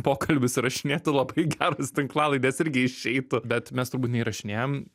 pokalbius įrašinėtų labai geros tinklalaidės irgi išeitų bet mes turbūt neįrašinėjam